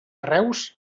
reus